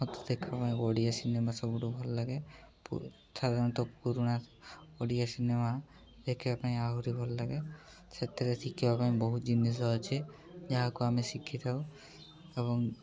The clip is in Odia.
ମୋତେ ଦେଖିବା ପାଇଁ ଓଡ଼ିଆ ସିନେମା ସବୁଠୁ ଭଲଲାଗେ ସାଧାରଣତଃ ପୁରୁଣା ଓଡ଼ିଆ ସିନେମା ଦେଖିବା ପାଇଁ ଆହୁରି ଭଲଲାଗେ ସେଥିରେ ଶିଖିବା ପାଇଁ ବହୁତ ଜିନିଷ ଅଛି ଯାହାକୁ ଆମେ ଶିଖିଥାଉ ଏବଂ